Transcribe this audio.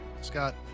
Scott